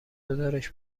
گزارش